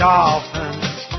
Dolphins